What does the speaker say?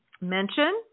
mention